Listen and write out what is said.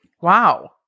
Wow